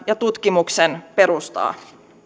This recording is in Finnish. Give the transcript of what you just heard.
ja tutkimuksen perustaa